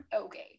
okay